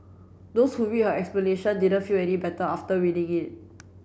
those who read her explanation didn't feel any better after reading it